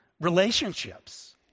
relationships